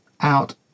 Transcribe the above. out